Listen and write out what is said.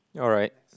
alright